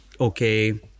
okay